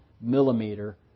millimeter